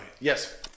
Yes